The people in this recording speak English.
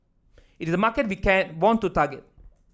it is market became want to target